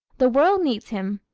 the world needs him